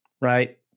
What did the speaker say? right